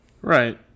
Right